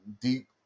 deep